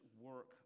work